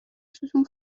ستون